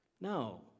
No